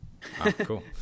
Cool